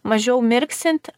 mažiau mirksint